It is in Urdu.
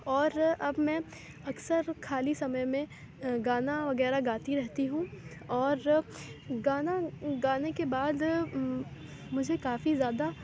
اور اب میں اکثر خالی سمے میں گانا وغیرہ گاتی رہتی ہوں اور گانا گانے کے بعد مجھے کافی زیادہ